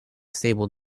stable